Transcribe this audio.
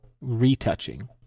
retouching